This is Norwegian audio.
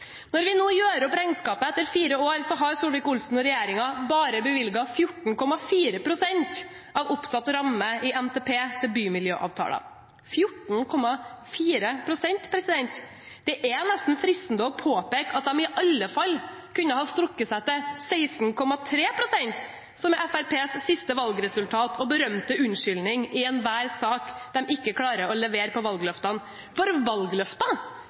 Når vi nå gjør opp regnskapet etter fire år, har Solvik-Olsen og regjeringen bare bevilget 14,4 pst. av oppsatt ramme i NTP til bymiljøavtaler – 14,4 pst. Det er nesten fristende å påpeke at de i alle fall kunne ha strukket seg til 16,3 pst., som er Fremskrittspartiets siste valgresultat og berømte unnskyldning i enhver sak der de ikke klarer å levere på valgløftene. For